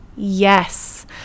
Yes